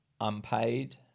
unpaid